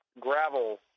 gravel